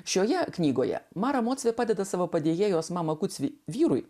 šioje knygoje marą moteriai padeda savo padėjėjos mama kurį vyrui